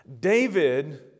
David